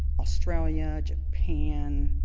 australia, japan,